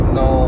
no